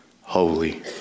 holy